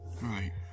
Right